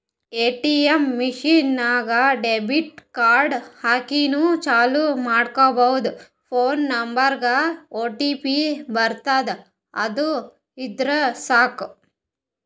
ATM machine ನಾಗ್ debit card ಹಾಕಿನೂ ಚಾಲೂ ಮಾಡ್ಕೊಬೋದು ಫೋನ್ ನಂಬರ್ಗ್ ಒಟಿಪಿ ಬರ್ತುದ್ ಅದು ಇದ್ದುರ್ ಸಾಕು